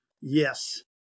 Yes